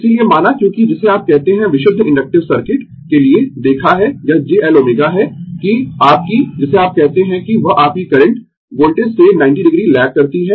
इसीलिए माना क्योंकि जिसे आप कहते है विशुद्ध इन्डक्टिव सर्किट के लिए देखा है यह j Lω है कि आपकी जिसे आप कहते है कि वह आपकी करंट वोल्टेज से 90o लैग करती है